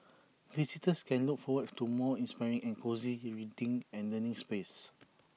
visitors can look forward to more inspiring and cosy he reading and learning spaces